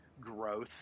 growth